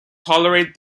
tolerate